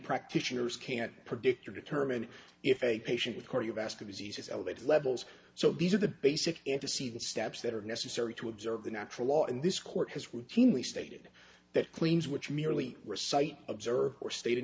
practitioners can't predict or determine if a patient cardiovascular disease is elevated levels so these are the basic antecedent steps that are necessary to observe the natural law and this court has routinely stated that claims which merely recite observed or state